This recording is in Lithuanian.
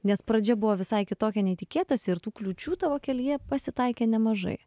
nes pradžia buvo visai kitokia nei tikėtasi ir tų kliūčių tavo kelyje pasitaikė nemažai